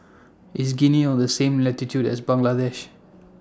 IS Guinea on The same latitude as Bangladesh